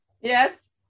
Yes